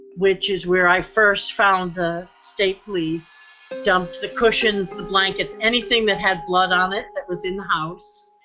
which is where i first found the state police dump the cushions, the blankets, anything that had blood on it. that was in the house.